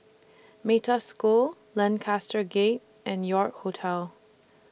Metta School Lancaster Gate and York Hotel